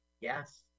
Yes